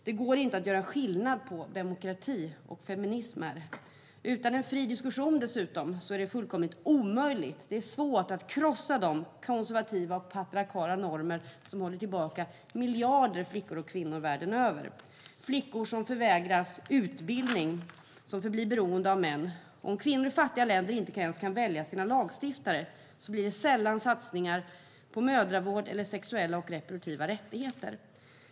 Det går inte att göra skillnad på demokrati och feminism här. Utan en fri diskussion är det dessutom fullkomligt omöjligt att krossa de konservativa och patriarkala normer som håller tillbaka miljarder flickor och kvinnor världen över. Flickor som förvägras utbildning förblir beroende av män. Om kvinnor i fattiga länder inte ens kan välja sina lagstiftare blir det sällan satsningar på mödravård eller sexuella och reproduktiva rättigheter.